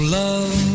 love